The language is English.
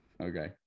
Okay